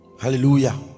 Hallelujah